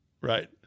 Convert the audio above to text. Right